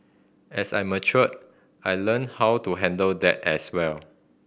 as I matured I learnt how to handle that as well